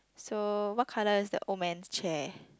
so what colour is the old man's chair